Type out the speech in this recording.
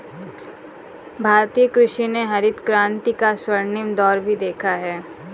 भारतीय कृषि ने हरित क्रांति का स्वर्णिम दौर भी देखा